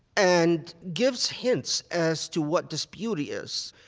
and gives hints as to what this beauty is.